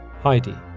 Heidi